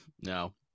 No